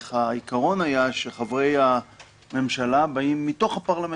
העיקרון היה שחברי הממשלה באים מתוך הפרלמנט.